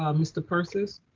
um mr. persis.